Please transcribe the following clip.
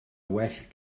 well